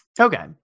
Okay